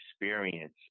experience